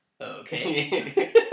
okay